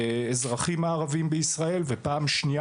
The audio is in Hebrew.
האזרחים הערבים במדינת ישראל ופעם שניה